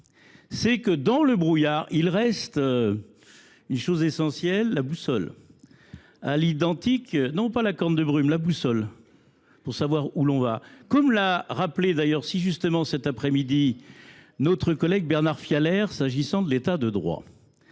c'est que dans le brouillard, il reste une chose essentielle, la boussole. À l'identique, non pas la corne de brume, la boussole. Pour savoir où l'on va. Comme l'a rappelé d'ailleurs, si justement cet après-midi, notre collègue Bernard Fialer, s'agissant de l'état de droit.